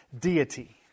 deity